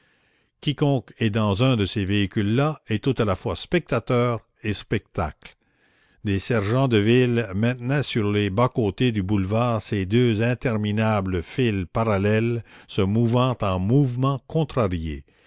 quiconque est dans un de ces véhicules là est tout à la fois spectateur et spectacle des sergents de ville maintenaient sur les bas côtés du boulevard ces deux interminables files parallèles se mouvant en mouvement contrarié